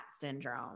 syndrome